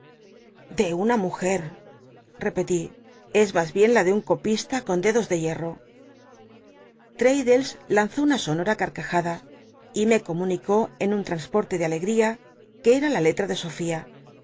de una mujer repelí es mas bien la de un copista con dedos de hierro l'raddlcs lanzó una sonora carcajada y me comunicó en un tmnsporte de alegría que era la letra de sofía